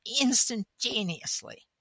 instantaneously